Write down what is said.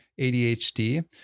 ADHD